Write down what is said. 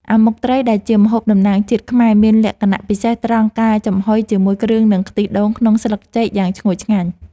អាម៉ុកត្រីដែលជាម្ហូបតំណាងជាតិខ្មែរមានលក្ខណៈពិសេសត្រង់ការចំហុយជាមួយគ្រឿងនិងខ្ទិះដូងក្នុងស្លឹកចេកយ៉ាងឈ្ងុយឆ្ងាញ់។